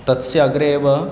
तस्य अग्रे एव